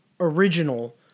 original